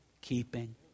keeping